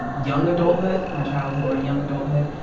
and young adulthood, my childhood, my young adulthood.